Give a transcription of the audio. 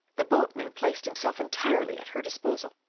the boatman placed himself entirely at her disposal,